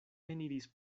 eniris